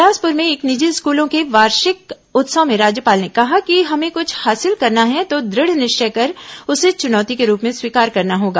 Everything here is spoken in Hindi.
बिलासपुर में एक निजी स्कूल के वार्षिक उत्सव में राज्यपाल ने कहा कि हमें कुछ हासिल करना है तो दृढ़ निश्चय कर उसे चुनौती के रूप में स्वीकार करना होगा